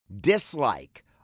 dislike